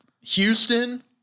Houston